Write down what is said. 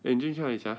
eh 你今天去哪里 sia